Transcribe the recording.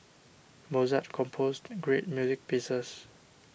Mozart composed great music pieces